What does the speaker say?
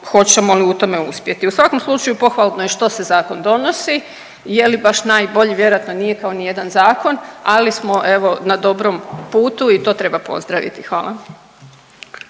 hoćemo li u tome uspjeti. U svakom slučaju pohvalno je što se zakon donosi, je li baš najbolji, vjerojatno nije kao nijedan zakon, ali smo evo na dobrom putu i to treba pozdraviti, hvala.